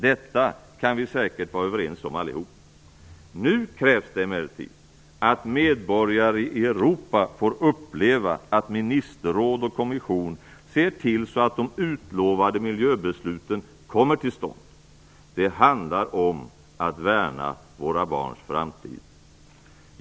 Detta kan vi säkert vara överens om allihop. Nu krävs det emellertid att medborgare i Europa får uppleva att ministerråd och kommission ser till så att de utlovade miljöbesluten kommer till stånd. Det handlar om att värna våra barns framtid.